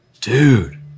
Dude